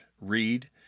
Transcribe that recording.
read